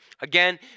Again